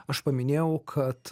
aš paminėjau kad